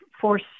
force